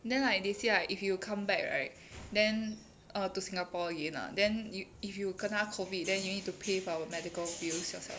then like they say right if you come back right then err to singapore again lah then you if you kena COVID then you need to pay for our medical bills yourself